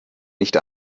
nicht